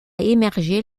émergé